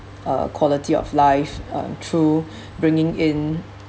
uh quality of life uh through bringing in